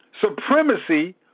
supremacy